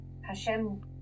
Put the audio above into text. Hashem